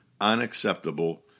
unacceptable